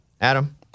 Adam